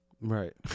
Right